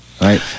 right